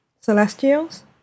Celestials